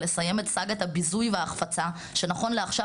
ולסיים את סאגת הביזוי וההחפצה שנכון לעכשיו